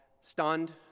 stunned